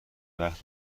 وقتی